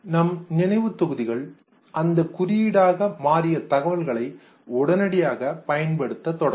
நம் நினைவு தொகுதிகள் அந்த குறியீடாக மாறிய தகவல்களை உடனடியாக பயன்படுத்த தொடங்கும்